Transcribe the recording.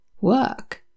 work